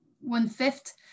one-fifth